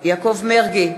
יעקב מרגי,